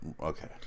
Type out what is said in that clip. Okay